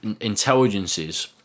intelligences